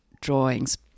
drawings